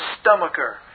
stomacher